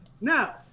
Now